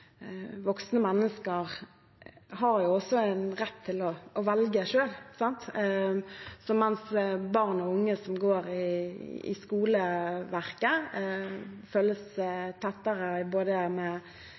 voksne mennesker har jo også rett til å velge selv. Mens barn og unge som går i skoleverket,